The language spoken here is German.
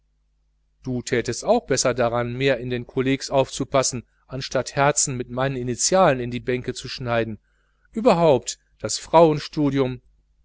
du tätest auch besser daran mehr in den kollegs aufzupassen anstatt herzen mit meinen initialen in die bänke zu schneiden überhaupt das frauenstudium